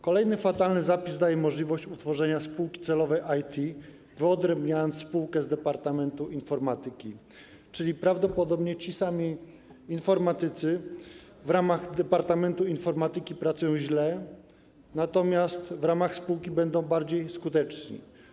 Kolejny fatalny zapis daje możliwość utworzenia spółki celowej IT poprzez wyodrębnienie spółki z Departamentu Informatyki, czyli prawdopodobnie ci sami informatycy w ramach Departamentu Informatyki pracują źle, natomiast w ramach spółki będą bardziej skuteczni.